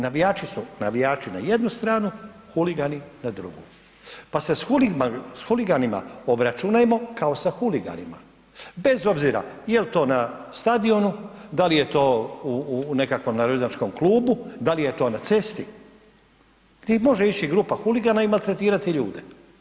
Navijači su navijači na jednu stranu, huligani na drugi, pa se s huliganima obračunajmo kao sa huliganima, bez obzira jel to na stadionu, da li je to u nekakvom narodnjačkom klubu, da li je to na cesti gdje može ići grupa huligana i maltretirati ljude.